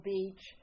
Beach